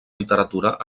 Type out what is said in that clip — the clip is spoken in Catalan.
literatura